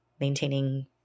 maintaining